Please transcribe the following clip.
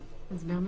כנראה.